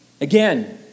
Again